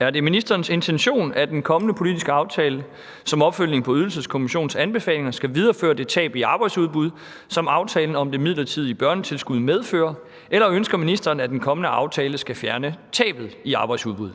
Er det ministerens intention, at en kommende politisk aftale som opfølgning på Ydelseskommissionens anbefalinger skal videreføre det tab i arbejdsudbud, som aftalen om det midlertidige børnetilskud medfører, eller ønsker ministeren, at en kommende aftale skal fjerne tabet i arbejdsudbud?